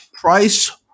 Price